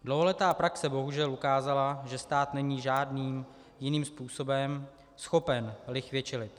Dlouholetá praxe bohužel ukázala, že stát není žádným jiným způsobem schopen lichvě čelit.